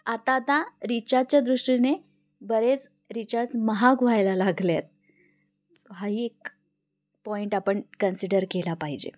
आता आता रिचार्जच्या दृष्टीने बरेच रिचार्ज महाग व्हायला लागले आहेत हाही एक पॉईंट आपण कन्सिडर केला पाहिजे